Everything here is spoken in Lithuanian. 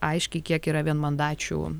aiškiai kiek yra vienmandačių